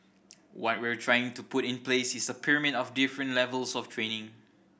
what we're trying to put in place is a pyramid of different levels of training